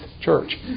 church